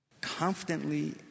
confidently